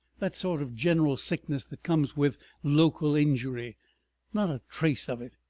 that sort of general sickness that comes with local injury not a trace of it.